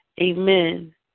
Amen